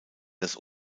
das